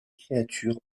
créatures